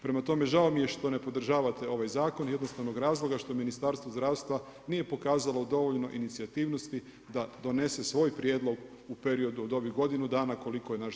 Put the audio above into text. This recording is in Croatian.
Prema tome, žao mi je što ne podržavate ovaj zakon iz jednostavnog razloga što Ministarstvo zdravstva nije pokazalo dovoljan inicijativnosti da donese svoj prijedlog u periodu od ovih godinu dana koliko je naš zakon u proceduri.